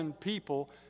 people